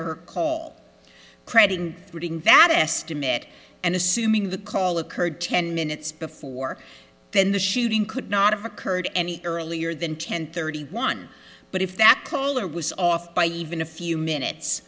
her call credit rating that estimate and assuming the call occurred ten minutes before then the shooting could not have occurred any earlier than ten thirty one but if that caller was off by even a few minutes